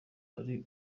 ari